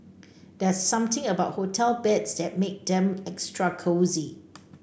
there's something about hotel beds that make them extra cosy